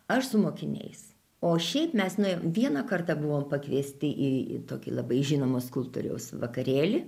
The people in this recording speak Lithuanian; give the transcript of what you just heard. aš su mokiniais o šiaip mes ne vieną kartą buvom pakviesti į tokį labai žinomo skulptoriaus vakarėlį